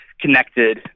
connected